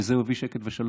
ובזה הוא יביא שקט ושלווה,